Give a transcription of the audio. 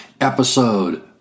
episode